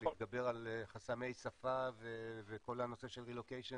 להתגבר על חסמי שפה וכל הנושא של רילוקיישן